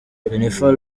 jennifer